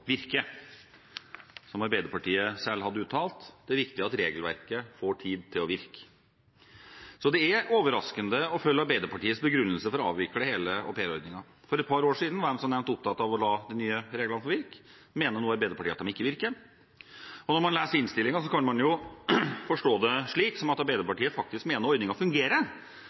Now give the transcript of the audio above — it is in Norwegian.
får tid til å virke. Det er overraskende å følge Arbeiderpartiets begrunnelse for å avvikle hele aupairordningen. For et par år siden var de, som nevnt, opptatt av å la de nye reglene få virke. Mener Arbeiderpartiet nå at de ikke virker? Når man leser innstillingen, kan man jo forstå det slik at Arbeiderpartiet mener at ordningen fungerer.